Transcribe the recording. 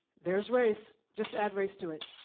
there's race, just add race to it.